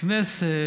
הכנסת,